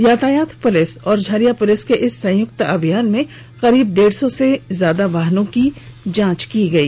यातायात पुलिस और झरिया पुलिस के इस संयुक्त अभियान में करीब डेढ सौ से ज्यादा वाहनों की जांच की गई